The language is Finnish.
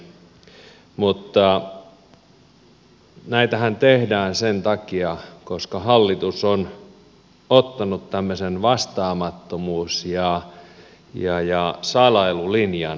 mutta näitähän tehdään sen takia että hallitus on ottanut tämmöisen vastaamattomuus ja salailulinjan